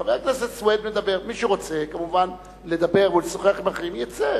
חבר הכנסת סוייד מדבר ומי שרוצה,